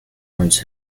learns